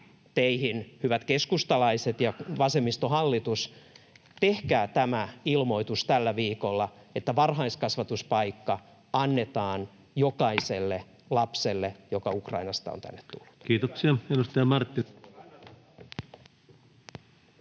hyvät keskustalaiset ja vasemmistohallitus: tehkää tämä ilmoitus tällä viikolla, että varhaiskasvatuspaikka annetaan jokaiselle lapselle, joka Ukrainasta on tänne tullut. [Ben Zyskowicz: